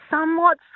somewhat